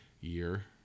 year